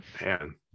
Man